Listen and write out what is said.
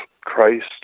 Christ